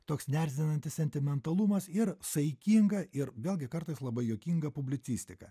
toks neerzinantis sentimentalumas ir saikinga ir vėlgi kartais labai juokinga publicistika